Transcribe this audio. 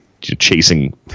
chasing